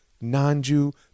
non-jew